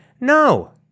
no